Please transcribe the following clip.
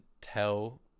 tell